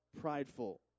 prideful